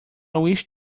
wish